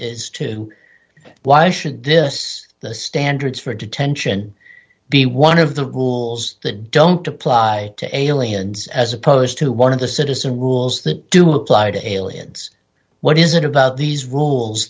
is to why should the us the standards for detention be one of the rules that don't apply to aliens as opposed to one of the citizen rules that do apply to aliens what is it about these rules